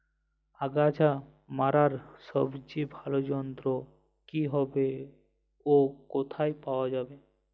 আগাছা মারার সবচেয়ে ভালো যন্ত্র কি হবে ও কোথায় পাওয়া যাবে?